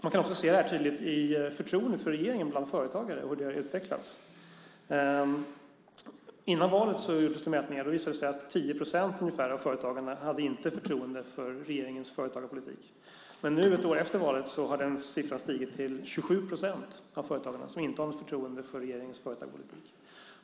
Man kan också se detta i förtroendet för regeringen bland företagare och hur det har utvecklats. Före valet gjordes mätningar. Det visade sig att ungefär 10 procent av företagarna inte hade förtroende för regeringens företagarpolitik. Nu, ett år efter valet, har den siffran stigit till 27 procent av företagarna.